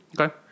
Okay